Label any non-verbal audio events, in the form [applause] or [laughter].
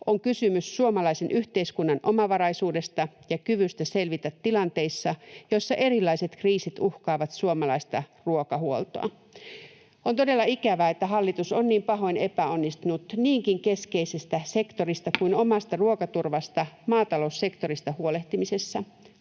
on kysymys suomalaisen yhteiskunnan omavaraisuudesta ja kyvystä selvitä tilanteissa, joissa erilaiset kriisit uhkaavat suomalaista ruokahuoltoa. On todella ikävää, että hallitus on niin pahoin epäonnistunut niinkin keskeisestä sektorista [noise] kuin omasta ruokaturvasta, maataloussektorista, huolehtimisessa.